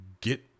get